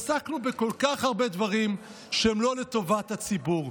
עסקנו בכל כך הרבה דברים שהם לא לטובת הציבור.